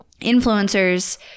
influencers